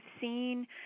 seen